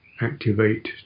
activate